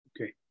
Okay